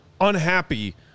unhappy